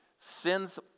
sin's